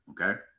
okay